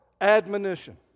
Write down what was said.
admonition